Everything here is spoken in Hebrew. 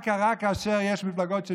מה קורה כאשר יש מפלגות של